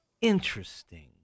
Interesting